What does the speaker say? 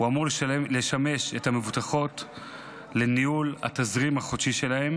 אמור לשמש את המבוטחות לניהול התזרים החודשי שלהן